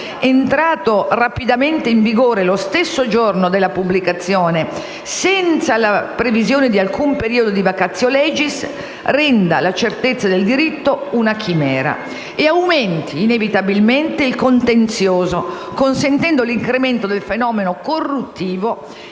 entrato rapidamente in vigore lo stesso giorno della pubblicazione, senza la previsione di alcun periodo di *vacatio legis*, renda la certezza del diritto una chimera e aumenti inevitabilmente il contenzioso, consentendo l'incremento del fenomeno corruttivo